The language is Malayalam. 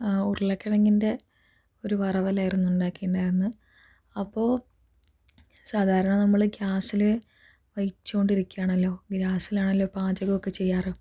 ഉരുളക്കിഴങ്ങിൻ്റെ ഒരു വറവലായിരുന്നു ഉണ്ടാക്കിയിട്ടുണ്ടായിരുന്നത് അപ്പോൾ സാദാരണ നമ്മൾ ഗ്യാസിൽ വച്ചുകൊണ്ടിരിക്കുകയാണല്ലോ ഗാസിലാണല്ലോ പാചകം ഒക്കെ ചെയ്യാറ്